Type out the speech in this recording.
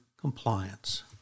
Compliance